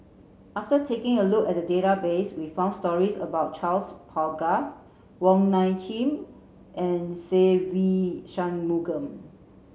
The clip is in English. after taking a look at the database we found stories about Charles Paglar Wong Nai Chin and Se Ve Shanmugam